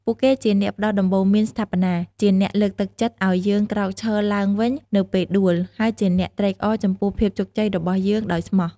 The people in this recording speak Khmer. ពួកគេជាអ្នកផ្តល់ដំបូន្មានស្ថាបនា ជាអ្នកលើកទឹកចិត្តឲ្យយើងក្រោកឈរឡើងវិញនៅពេលដួល ហើយជាអ្នកត្រេកអរចំពោះភាពជោគជ័យរបស់យើងដោយស្មោះ។